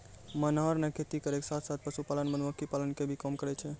मनोहर नॅ खेती करै के साथॅ साथॅ, पशुपालन, मधुमक्खी पालन के भी काम करै छै